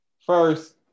First